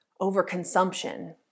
overconsumption